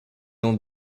ont